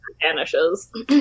vanishes